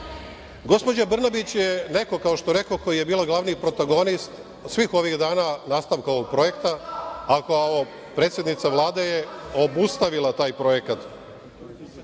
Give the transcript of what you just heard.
opomenu? Gospođa Brnabić je neko, kao što rekoh, koja je bila glavni protagonist svih ovih dana nastavka ovog projekta, a kao predsednica Vlade je obustavila taj projekat.